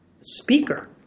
speaker